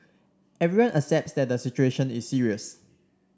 everyone accepts that the situation is serious